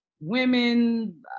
women